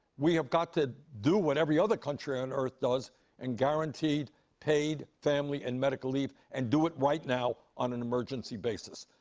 we have got to do what every other country on earth does and guarantee paid family and medical leave and do it right now on an emergency basis.